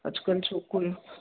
अॼकल्ह छोकिरियूं